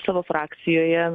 savo frakcijoje